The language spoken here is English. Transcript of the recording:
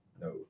No